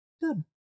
good